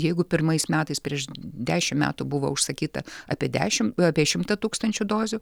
jeigu pirmais metais prieš dešimt metų buvo užsakyta apie dešimt apie šimtą tūkstančių dozių